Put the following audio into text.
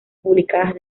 públicas